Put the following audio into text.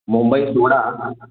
मुंबई सोडा आता